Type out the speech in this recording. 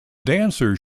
dancers